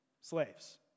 Slaves